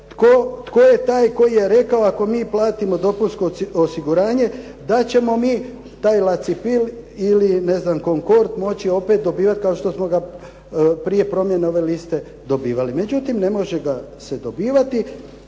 tko je taj koji je rekao ako mi platimo dopunsko osiguranje da ćemo mi taj Lacipil ili ne znam Konkort moći opet dobivati kao što smo ga prije promjene ove liste dobivali. Međutim, ne može ga se dobivati